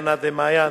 ענת ומעיין,